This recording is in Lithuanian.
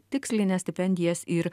tikslines stipendijas ir